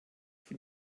von